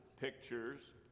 pictures